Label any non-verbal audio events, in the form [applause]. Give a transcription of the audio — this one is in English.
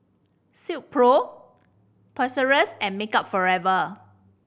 Silkpro Toys [unintelligible] and Makeup Forever